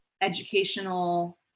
educational